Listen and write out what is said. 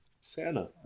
Santa